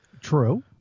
True